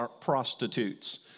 prostitutes